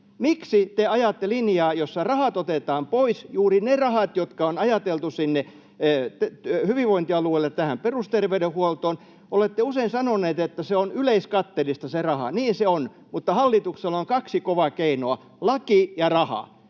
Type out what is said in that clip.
Miksi te ajatte linjaa, jossa rahat otetaan pois, juuri ne rahat, jotka on ajateltu sinne hyvinvointialueille tähän perusterveydenhuoltoon? Olette usein sanonut, että se raha on yleiskatteellista. Niin se on, mutta hallituksella on kaksi kovaa keinoa: laki ja raha,